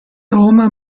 roma